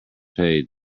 page